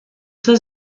zur